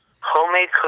Homemade